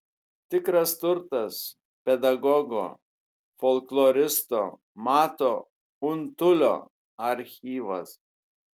tikras turtas pedagogo folkloristo mato untulio archyvas